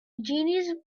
genies